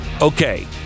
Okay